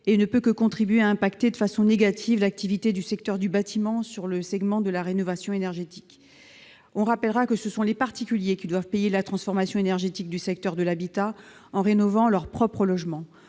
et ne peut que contribuer à impacter de façon négative l'activité du secteur du bâtiment sur le segment de la rénovation énergétique. On rappellera que ce sont les particuliers qui doivent payer la transformation énergétique du secteur de l'habitat, en rénovant leur propre logement.